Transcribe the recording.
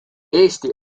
eesti